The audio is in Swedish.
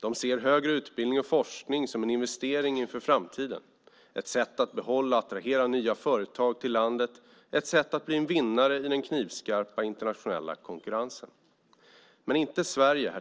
De ser högre utbildning och forskning som en investering för framtiden, ett sätt att behålla och attrahera nya företag till landet och ett sätt att bli en vinnare i den knivskarpa internationella konkurrensen. Det gör inte Sverige.